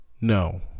No